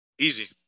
Easy